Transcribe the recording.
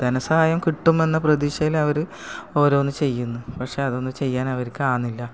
ധനസഹായം കിട്ടുമെന്ന പ്രതീക്ഷയിൽ അവർ ഓരോന്ന് ചെയ്യുന്നു പക്ഷേ അതൊന്നും ചെയ്യാൻ അവർക്ക് ആവുന്നില്ല